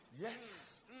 Yes